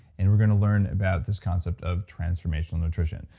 and we're going to learn about this concept of transformational nutrition.